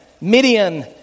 Midian